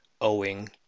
owing